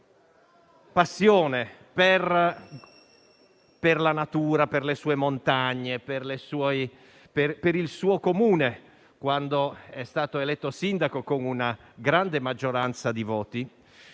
sua passione per la natura, per le sue montagne, per il suo Comune, quando è stato eletto sindaco con una grande maggioranza di voti.